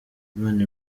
imana